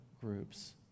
groups